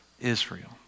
Israel